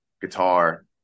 guitar